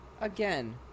Again